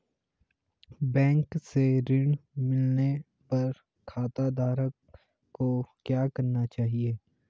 Bank से ऋण मिलने पर खाताधारक को क्या करना चाहिए?